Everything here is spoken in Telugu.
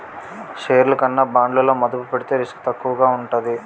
షేర్లు కన్నా బాండ్లలో మదుపు పెడితే రిస్క్ తక్కువగా ఉంటాది